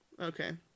okay